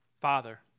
Father